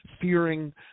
fearing